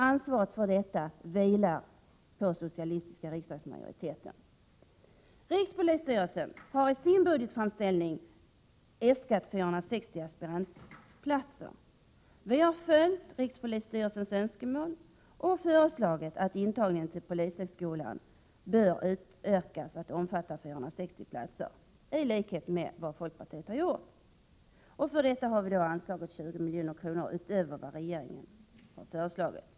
Ansvaret för detta vilar på den socialistiska riksdagsmajoriteten. Rikspolisstyrelsen har i sin budgetframställning äskat 460 aspirantplatser. Vi har följt rikspolisstyrelsens önskemål och har föreslagit, i likhet med folkpartiet, att intagningen till polishögskolan utökas till att omfatta 460 platser. För detta har vi anslagit 20 milj.kr. utöver vad regeringen föreslår.